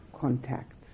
contacts